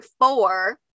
four